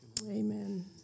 amen